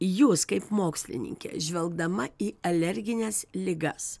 jūs kaip mokslininkė žvelgdama į alergines ligas